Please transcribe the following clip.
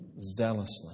zealously